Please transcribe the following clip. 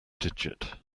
digit